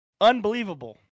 unbelievable